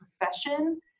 profession